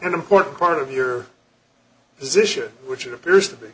an important part of your position which it appears to